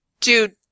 dude